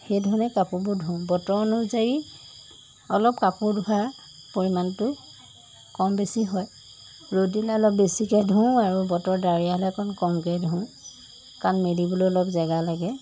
সেইধেৰণে কাপোৰবোৰ ধোওঁ বতৰ অনুযায়ী অলপ কাপোৰ ধোৱাৰ পৰিমাণটো কম বেছি হয় ৰ'দ দিলে অলপ বেছিকৈ ধুওঁ আৰু বতৰ দাৱৰীয়া হ'লে অকণ কমকৈ ধুওঁ কাৰণ মেলিবলৈ অলপ জেগা লাগে